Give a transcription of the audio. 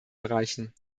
bereichen